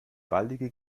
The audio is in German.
baldige